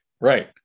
right